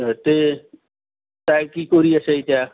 তাতে তাই কি কৰি আছে এতিয়া